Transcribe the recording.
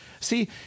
See